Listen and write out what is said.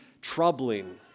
troubling